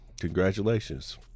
Congratulations